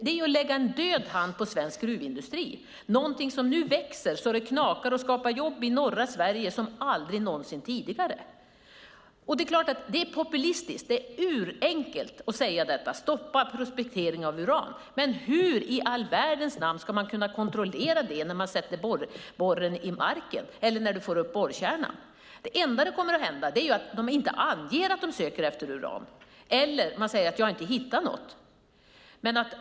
Det är att lägga en död hand på svensk gruvindustri som nu växer så det knakar och skapar jobb i norra Sverige som aldrig någonsin tidigare. Det är populistiskt och urenkelt att säga: Stoppa prospektering av uran! Men hur i all världens namn ska man kunna kontrollera det när man sätter borren i marken eller när man får upp borrkärnan? Det enda som kommer att hända är att de inte anger att de söker efter uran eller säger att de inte har hittat något.